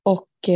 Och